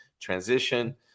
transition